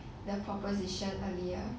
the proposition earlier